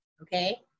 okay